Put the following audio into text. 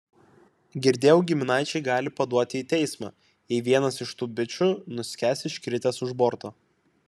girdėjau giminaičiai gali paduoti į teismą jei vienas iš tų bičų nuskęs iškritęs už borto